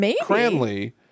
Cranley